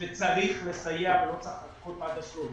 שצריך לסייע ולא צריך לחכות עד הסוף,